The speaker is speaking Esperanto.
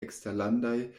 eksterlandaj